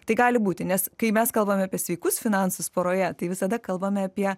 tai gali būti nes kai mes kalbame apie sveikus finansus poroje tai visada kalbame apie